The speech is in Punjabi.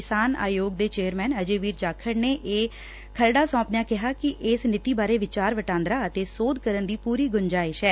ਕਿਸਾਨ ਆਯੋਗ ਚੇਅਰਮੈਨ ਅਜੇ ਵੀਰ ਜਾਖੜ ਨੇ ਇਹ ਖਰੜਾ ਸੌਂਪਦਿਆਂ ਕਿਹਾ ਕਿ ਇਸ ਨੀਤੀ ਬਾਰੇ ਵਿਚਾਰ ਵਟਾਂਦਰਾ ਅਤੇ ਸੋਧ ਕਰਨ ਦੀ ਪੁਰੀ ਗੁੰਜਾਇਸ਼ ਐ